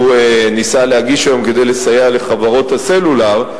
ניסה להגיש היום כדי לסייע לחברות הסלולר.